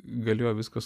galėjo viskas